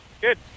Good